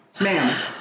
Ma'am